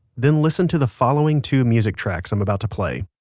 then listen to the following two music tracks i'm about to play.